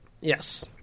Yes